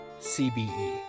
CBE